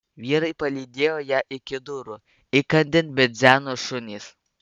vyrai palydėjo ją iki durų įkandin bidzeno šunys